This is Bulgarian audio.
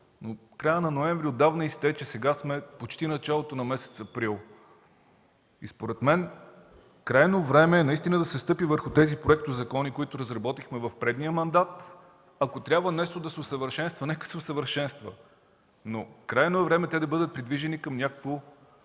Краят на ноември отдавна изтече, сега сме почти началото на месец април и според мен е крайно време наистина да се стъпи върху тези проектозакони, които разработихме в предния мандат. Ако трябва нещо да се усъвършенства, нека да се усъвършенства, но е крайно време те да бъдат придвижени към някакво